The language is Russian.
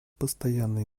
постоянной